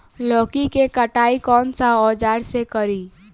लौकी के कटाई कौन सा औजार से करी?